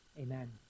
Amen